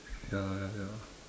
ya ya ya